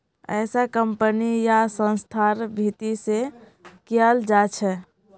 ऐसा कम्पनी या संस्थार भीती से कियाल जा छे